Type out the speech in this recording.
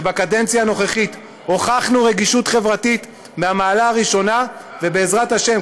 שבקדנציה הנוכחית הוכחנו רגישות חברתית מהמעלה הראשונה ובעזרת השם,